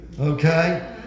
okay